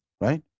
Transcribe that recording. right